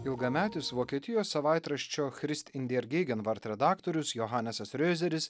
ilgametis vokietijos savaitraščio christ in dier geigenvart redaktorius johanesas riozeris